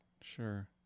Sure